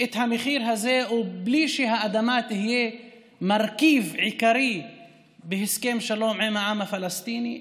את המחיר הזה ובלי שהאדמה תהיה מרכיב עיקרי בהסכם שלום עם העם הפלסטיני.